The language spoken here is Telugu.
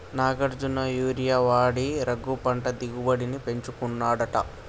నాగార్జున యూరియా వాడి రఘు పంట దిగుబడిని పెంచుకున్నాడట